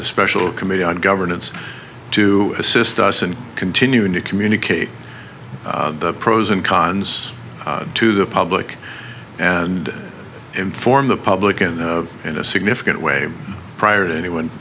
the special committee on governance to assist us in continuing to communicate the pros and cons to the public and inform the public and in a significant way prior to anyone